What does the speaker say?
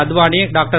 Advani doctor